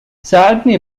ساعدني